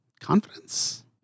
confidence